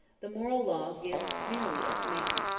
the moral law gives merely a command,